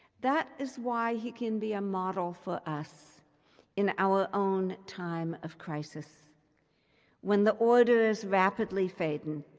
that is why he can be a model for us in our own time of crisis when the order is rapidly fading,